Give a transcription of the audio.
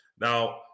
Now